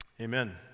Amen